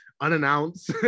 unannounced